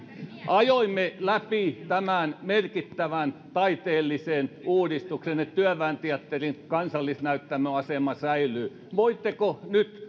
ajoimme läpi tämän merkittävän taiteellisen uudistuksen että työväen teatterin kansallisnäyttämöasema säilyy voitteko nyt